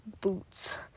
boots